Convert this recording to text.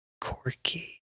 Corky